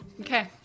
Okay